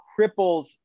cripples